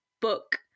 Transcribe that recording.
book